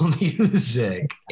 music